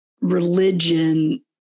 religion